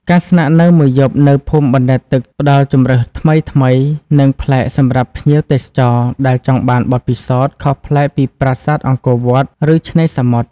ការស្នាក់នៅមួយយប់នៅភូមិបណ្ដែតទឹកផ្ដល់ជម្រើសថ្មីៗ និងប្លែកសម្រាប់ភ្ញៀវទេសចរដែលចង់បានបទពិសោធន៍ខុសប្លែកពីប្រាសាទអង្គរវត្ត ឬឆ្នេរសមុទ្រ។